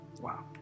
Wow